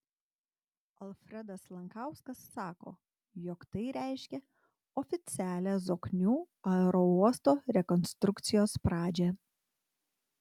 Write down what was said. alfredas lankauskas sako jog tai reiškia oficialią zoknių aerouosto rekonstrukcijos pradžią